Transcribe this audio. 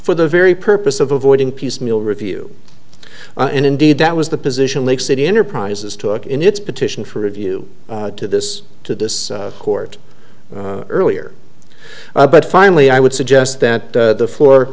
for the very purpose of avoiding piecemeal review and indeed that was the position lake city enterprises took in its petition for review to this to this court earlier but finally i would suggest that the